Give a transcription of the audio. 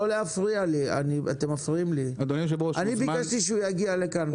אני ביקשתי שהוא יגיע לכאן.